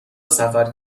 سفر